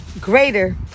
greater